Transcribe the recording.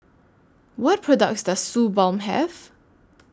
What products Does Suu Balm Have